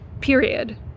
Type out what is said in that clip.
period